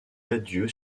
adieux